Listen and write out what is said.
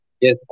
yes